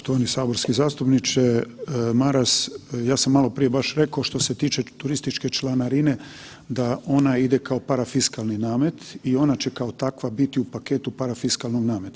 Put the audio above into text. Poštovani saborski zastupniče Maras, ja sam maloprije baš rekao što se tiče turističke članarine da ona ide kao parafiskalni namet i ona će kao takva biti u paketu parafiskalnog nameta.